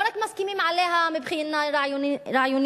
לא רק מסכימים עליה מבחינה רעיונית,